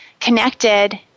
connected